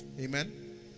Amen